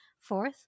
Fourth